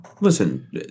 Listen